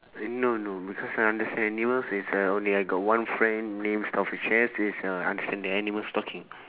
and no no because I understand animals is uh only I got one friend name is doctor is uh understand the animals talking